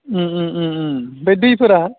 बै दैफोरा